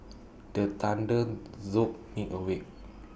the thunder jolt me awake